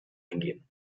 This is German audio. eingehen